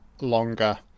longer